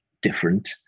different